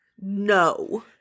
No